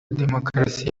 demokarasi